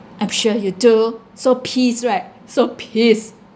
I'm sure you do so pissed right so pissed